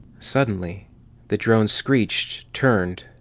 suddenly the drone screeched, turned,